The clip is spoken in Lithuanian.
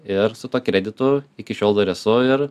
ir su tuo kreditu iki šiol ir esu ir